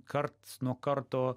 karts nuo karto